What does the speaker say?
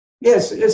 Yes